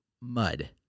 mud